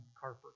Carper